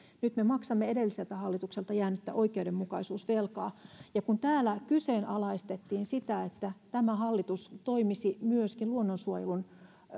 nyt me maksamme edelliseltä hallitukselta jäänyttä oikeudenmukaisuusvelkaa kun täällä kyseenalaistettiin sitä että tämä hallitus toimii myöskin luonnonsuojelun